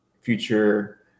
future